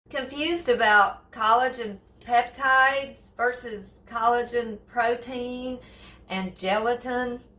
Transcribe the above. confused about collagen peptides versus collagen protein and gelatin,